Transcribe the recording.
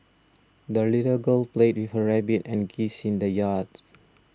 the little girl played with her rabbit and geese in the yard